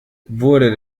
wurde